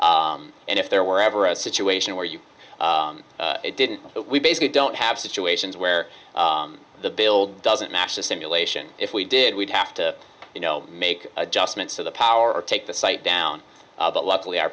and if there were ever a situation where you didn't we basically don't have situations where the bill doesn't match the simulation if we did we'd have to you know make adjustments to the power or take the site down but luckily our